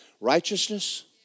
Righteousness